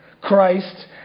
Christ